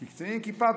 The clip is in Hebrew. כי קצינים עם כיפה,